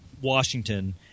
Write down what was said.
Washington